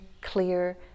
clear